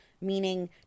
meaning